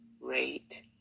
rate